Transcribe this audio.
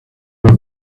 were